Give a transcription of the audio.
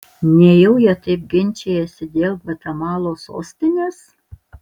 nejau jie taip ginčijasi dėl gvatemalos sostinės